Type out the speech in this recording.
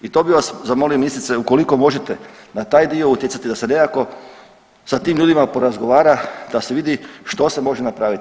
I to bih vas zamolio ministrice ukoliko možete na taj dio utjecati da se nekako sa tim ljudima porazgovara, da se vidi što se može napraviti.